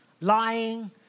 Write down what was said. lying